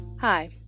Hi